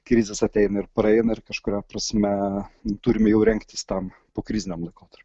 krizės ateina ir praeina ir kažkuria prasme turime jau rengtis tam pokriziniam laikotarpiui